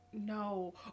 No